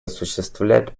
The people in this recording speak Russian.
осуществлять